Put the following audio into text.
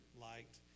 liked